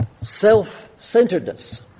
self-centeredness